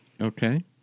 Okay